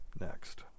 Next